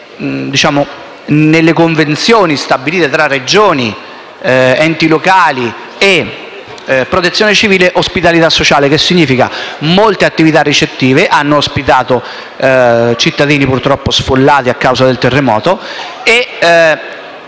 nelle convenzioni tra Regioni, enti locali e protezione civile, ospitalità sociale. Cosa significa? Che molte attività ricettive hanno ospitato cittadini purtroppo sfollati a causa del terremoto